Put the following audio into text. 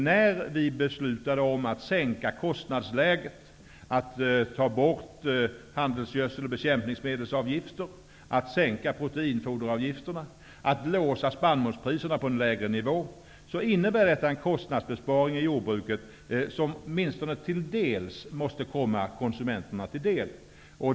När vi beslutade att sänka kostnadsläget, ta bort handelsgödsel och bekämpningsmedelsavgifter, sänka proteinfoderavgifterna och låsa spannmålspriserna på en lägre nivå, innebär detta en kostnadsbesparing i jordbruket. Denna besparing måste åtminstone till en del komma konsumenterna till del.